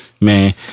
Man